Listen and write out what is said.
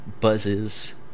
buzzes